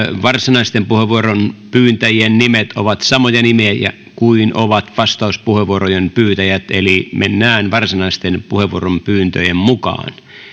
varsinaisten puheenvuorojen pyytäjien nimet ovat samoja nimiä kuin ovat vastauspuheenvuorojen pyytäjät eli mennään varsinaisten puheenvuorojen pyyntöjen mukaan